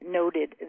noted